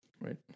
Right